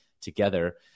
together